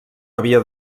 havia